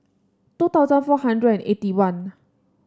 two thousand four hundred and eighty one